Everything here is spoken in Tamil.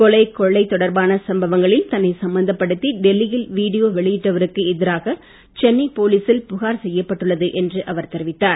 கொலை கொள்ளை தொடர்பான சம்பவங்களில் தன்னை சம்பந்தப்படுத்தி டெல்லியில் வீடியோ வெளியிட்டவருக்கு எதிராக சென்னை போலீசில் புகார் செய்யப்பட்டுள்ளது என்று அவர் தெரிவித்தார்